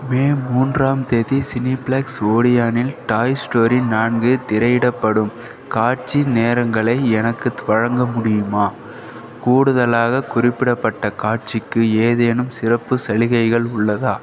மே மூன்றாம் தேதி Cineflex Odeon இல் டாய் ஸ்டோரி நான்கு திரையிடப்படும் காட்சி நேரங்களை எனக்கு து வழங்க முடியுமா கூடுதலாக குறிப்பிடப்பட்ட காட்சிக்கு ஏதேனும் சிறப்பு சலுகைகள் உள்ளதா